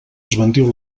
esbandiu